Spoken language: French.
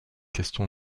question